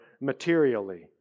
materially